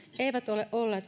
eivät ole